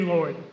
Lord